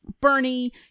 Bernie